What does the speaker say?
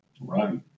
Right